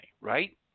right